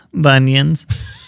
bunions